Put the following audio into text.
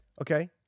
Okay